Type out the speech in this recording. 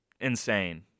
insane